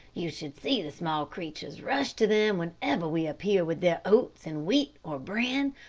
you should see the small creatures rush to them whenever we appear with their oats, and wheat, or bran,